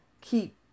Keep